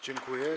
Dziękuję.